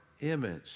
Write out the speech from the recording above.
image